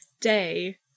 Day